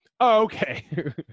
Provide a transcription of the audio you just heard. Okay